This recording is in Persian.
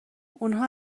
اونها